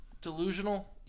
delusional